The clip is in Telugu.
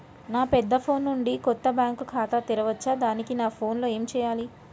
నా పెద్ద ఫోన్ నుండి కొత్త బ్యాంక్ ఖాతా తెరవచ్చా? దానికి నా ఫోన్ లో ఏం చేయాలి?